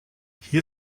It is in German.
hier